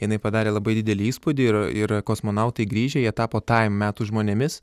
jinai padarė labai didelį įspūdį ir ir kosmonautai grįžę jie tapo taim metų žmonėmis